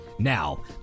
now